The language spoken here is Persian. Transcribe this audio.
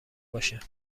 باشه